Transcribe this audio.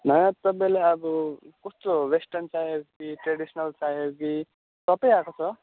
ला तपाईँलाई अब कस्तो वेस्टर्न चाहिएको कि ट्रेडिसनल चाहिएको कि सबै आएको छ